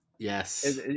Yes